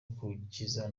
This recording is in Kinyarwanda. gukiza